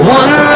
one